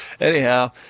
anyhow